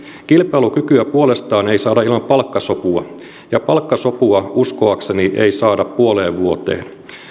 kilpailukykyä puolestaan ei saada ilman palkkasopua ja palkkasopua uskoakseni ei saada puoleen vuoteen